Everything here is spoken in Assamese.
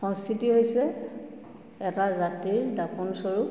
সংস্কৃতি হৈছে এটা জাতিৰ দাপোণ স্বৰূপ